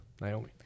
Naomi